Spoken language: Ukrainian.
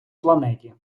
планеті